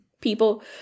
people